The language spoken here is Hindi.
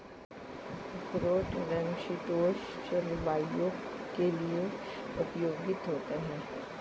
अखरोट समशीतोष्ण जलवायु के लिए उपयुक्त होता है